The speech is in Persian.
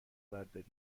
برداری